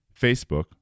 Facebook